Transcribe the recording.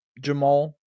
Jamal